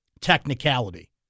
technicality